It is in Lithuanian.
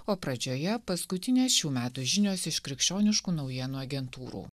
o pradžioje paskutinės šių metų žinios iš krikščioniškų naujienų agentūrų